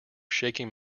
shaking